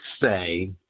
say